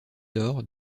door